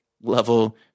level